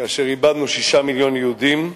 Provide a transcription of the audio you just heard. כאשר איבדנו שישה מיליון יהודים,